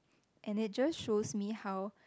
and it just shows me how